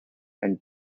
and